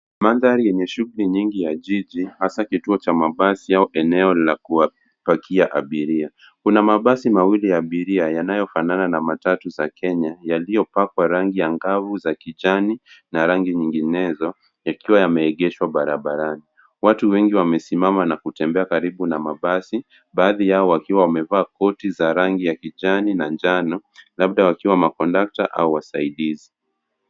Mandhari yenye shughuli nyingi ya jiji has kituo cha mabasi au eneo la kuwapakia abiria kuna mabasi mawili ya abiria ambayo yanafanana na matatu za kenya yaliyopakwa rangi angavu za kijani na rangi nyinginezo yakiwa yameegeshwa barabarani watu wengi wamesimama na kutembea karibu na mabasi baadhi yao wakiwa wamevaa koti za rangi ya kijani na njano labda wakiwa kondakta au wasaidizi.